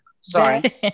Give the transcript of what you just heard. sorry